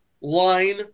line